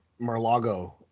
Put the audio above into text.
Marlago